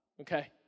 okay